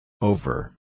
Over